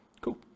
Cool